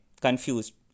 confused